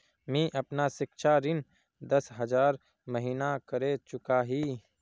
मी अपना सिक्षा ऋण दस हज़ार महिना करे चुकाही